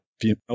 Female